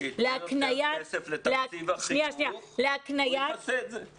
שייתנו עוד כסף לתקציב החינוך והוא יעשה את זה.